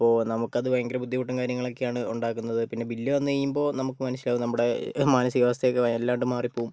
അപ്പോൾ നമുക്കത് ഭയങ്കര ബുദ്ധിമുട്ടും കാര്യങ്ങളൊക്കെയാണ് ഉണ്ടാക്കുന്നത് പിന്നെ ബില്ല് വന്നു കഴിയുമ്പോൾ നമുക്ക് മനസ്സിലാകും നമ്മുടെ മാനസികാവസ്ഥയൊക്കെ വല്ലാതെ മാറിപ്പോകും